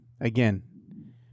again